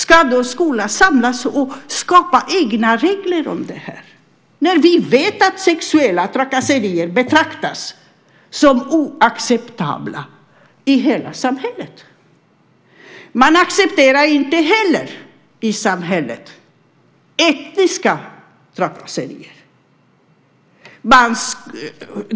Ska då skolan samlas och skapa egna regler om det här, när vi vet att sexuella trakasserier betraktas som oacceptabla i hela samhället? Man accepterar inte heller i samhället etniska trakasserier.